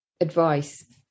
advice